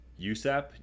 usap